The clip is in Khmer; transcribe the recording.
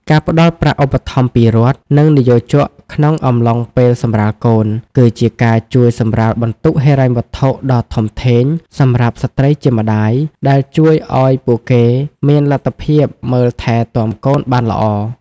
ការផ្តល់ប្រាក់ឧបត្ថម្ភពីរដ្ឋ និងនិយោជកក្នុងអំឡុងពេលសម្រាលកូន គឺជាការជួយសម្រាលបន្ទុកហិរញ្ញវត្ថុដ៏ធំធេងសម្រាប់ស្ត្រីជាម្តាយ ដែលជួយឱ្យពួកគេមានលទ្ធភាពមើលថែទាំកូនបានល្អ។